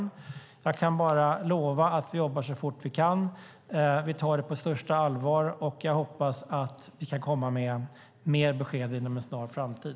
Jag kan bara lova att vi jobbar så fort vi kan. Vi tar det på största allvar, och jag hoppas att vi kan komma med mer besked inom en snar framtid.